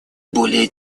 более